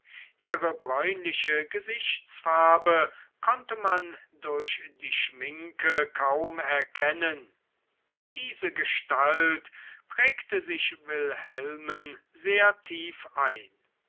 ihre bräunliche gesichtsfarbe konnte man durch die schminke kaum erkennen diese gestalt prägte sich wilhelmen sehr tief ein